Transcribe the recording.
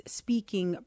speaking